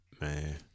Man